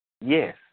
Yes